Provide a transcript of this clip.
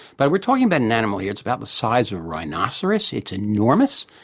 but we're talking about an animal here, it's about the size of a rhinoceros. it's enormous.